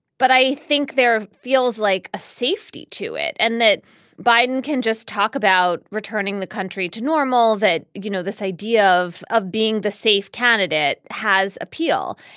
but i think there feels like a safety to it and that biden can just talk about returning the country to normal that you know this idea of of being the safe candidate has appeal.